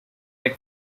red